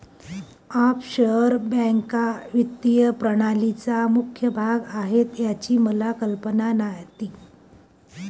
offshore बँका वित्तीय प्रणालीचा मुख्य भाग आहेत याची मला कल्पना नव्हती